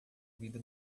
vida